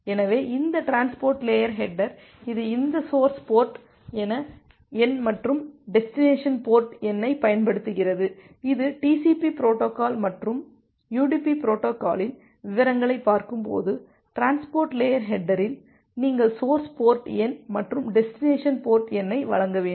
எனவே இந்த transport layer header இது இந்த சோர்ஸ் போர்ட் எண் மற்றும் டெஸ்டினேசன் போர்ட் எண்ணைப் பயன்படுத்துகிறது இது டிசிபி பொரோட்டோகால் மற்றும் யுடிபி பொரோட்டோகாலின் விவரங்களை பார்க்கும்போது டிரான்ஸ்போர்ட் லேயர் ஹேட்டரில் நீங்கள் சோர்ஸ் போர்ட் எண் மற்றும் டெஸ்டினேசன் போர்ட் எண்னை வழங்க வேண்டும்